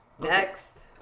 next